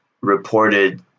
reported